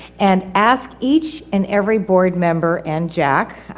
and ask each and every board member and jack.